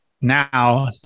now